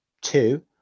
Two